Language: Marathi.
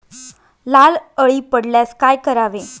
लाल अळी पडल्यास काय करावे?